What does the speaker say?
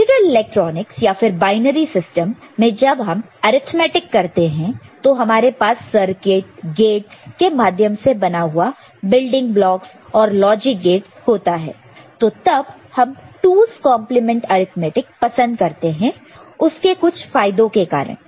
digital electronics या फिर binary system में जब हम अर्थमैटिक करते हैं तो हमारे पास सर्किट गेटस के माध्यम से बना हुआ बिल्डिंग ब्लॉक्स और लॉजिक गेटस होता है तो तब हम 2's complement arithmetic 2's complement arithmetic पसंद करते उसके कुछ फायदे के कारण